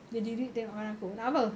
dia diri tengokkan aku nak apa